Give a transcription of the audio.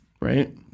Right